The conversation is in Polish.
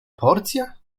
porcja